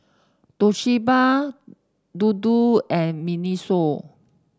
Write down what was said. Toshiba Dodo and Miniso